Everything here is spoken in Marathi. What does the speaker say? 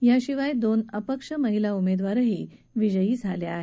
याशिवाय दोन अपक्ष महिला उमेदवारही विजयी झाल्या आहेत